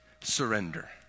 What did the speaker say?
surrender